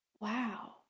Wow